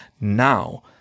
Now